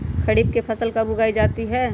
खरीफ की फसल कब उगाई जाती है?